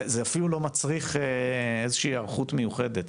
זה אפילו לא מצריך איזושהי היערכות מיוחדת,